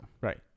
Right